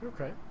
okay